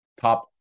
Top